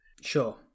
Sure